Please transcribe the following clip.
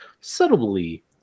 subtly